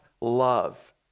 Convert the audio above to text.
love